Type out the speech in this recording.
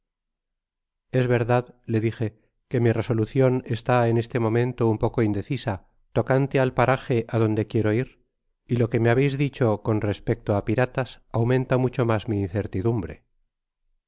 es verdad le dije que mi resolucion está en este momento un poco indecisa tocante al paraje adonde quiero ir y lo que me habeis dicho con respecto á piratas aumenta mucho mas mi incertidumbre